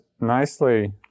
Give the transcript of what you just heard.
nicely